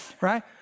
Right